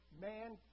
man